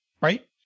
Right